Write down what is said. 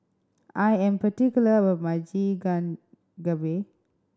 I am particular about my